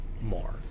more